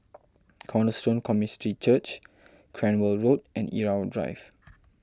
Cornerstone Community Church Cranwell Road and Irau Drive